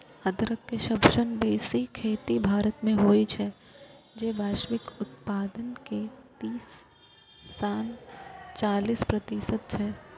अदरक के सबसं बेसी खेती भारत मे होइ छै, जे वैश्विक उत्पादन के तीस सं चालीस प्रतिशत छै